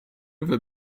ever